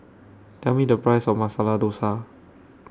Tell Me The Price of Masala Dosa